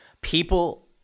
people